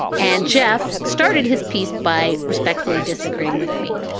and jeff started his piece by respectfully disagreeing with me.